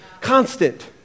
Constant